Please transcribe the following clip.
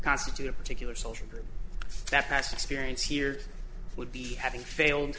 constitute a particular social group that has experience here would be having failed